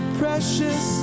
precious